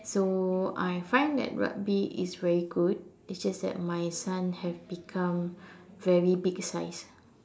so I find that rugby is very good it's just that my son have become very big sized